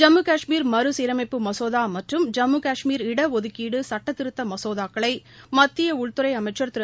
ஜம்மு காஷ்மீர் மறுசீரமைப்பு மசோதா மற்றும் ஜம்மு காஷ்மீர் இடஒதுக்கீடு சட்டத்திருத்த மசோதாக்களை மத்திய உள்துறை அமைச்சா் திரு